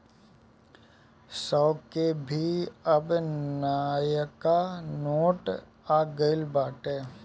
सौ के भी अब नयका नोट आ गईल बाटे